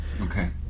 okay